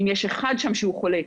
אם יש שם אחד שהוא חולה,